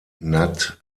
nad